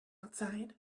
outside